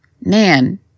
man